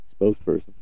spokesperson